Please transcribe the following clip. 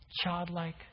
childlike